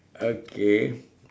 okay